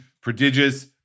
prodigious